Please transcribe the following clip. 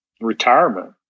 retirement